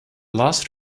last